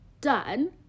done